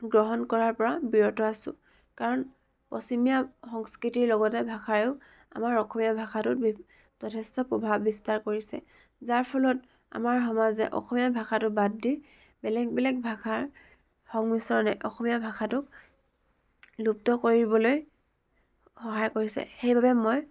গ্ৰহণ কৰাৰ পৰা বিৰত আছোঁ কাৰণ পশ্চিমীয়া সংস্কৃতিৰ লগতে ভাষায়েও আমাৰ অসমীয়া ভাষাটোত বি যথেষ্ট প্ৰভাৱ বিস্তাৰ কৰিছে যাৰ ফলত আমাৰ সমাজে অসমীয়া ভাষাটো বাদ দি বেলেগ বেলেগ ভাষাৰ সংমিশ্ৰণে অসমীয়া ভাষাটোক লুপ্ত কৰিবলৈ সহায় কৰিছে সেইবাবে মই